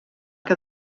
que